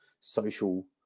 social